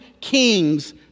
kings